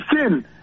sin